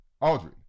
Audrey